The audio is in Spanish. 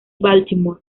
baltimore